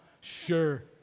Sure